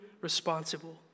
responsible